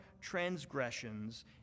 transgressions